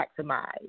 maximize